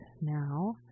now